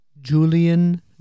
Julian